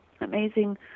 amazing